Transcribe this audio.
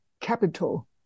capital